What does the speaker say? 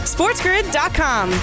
SportsGrid.com